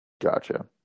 Gotcha